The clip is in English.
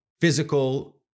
physical